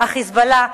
ה"חיזבאללה",